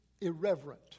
irreverent